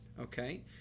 Okay